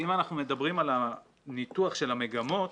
אם אנחנו מדברים על הניתוח של המגמות,